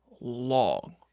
long